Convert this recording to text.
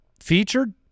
featured